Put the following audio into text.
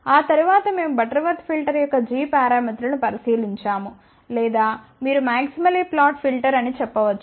ఆ తరువాత మేము బటర్వర్త్ ఫిల్టర్ యొక్క g పారామితులను పరిశీలించాము లేదా మీరు మాక్సిమలీ ఫ్లాట్ ఫిల్టర్ అని చెప్పవచ్చు